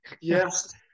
Yes